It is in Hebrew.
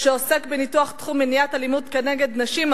שעוסק בניתוח תחום מניעת אלימות כנגד נשים,